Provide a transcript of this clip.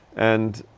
and